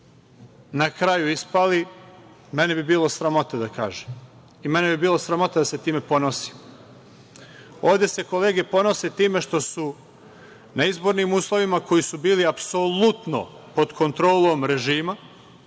na kraju ispali, mene bi bilo sramota da kažem. Mene bi bilo sramota da se time ponosim. Ovde se kolege ponose time što su na izbornim uslovima koji su bili apsolutno pod kontrolom režima,